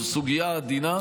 זו סוגיה עדינה.